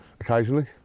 occasionally